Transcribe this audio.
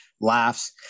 laughs